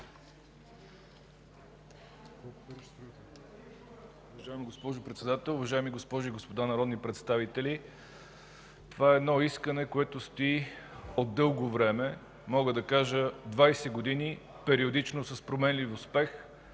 уважаеми госпожи и господа народни представители! Това е едно искане, което стои от дълго време – мога да кажа 20 години периодично, с променлив успех,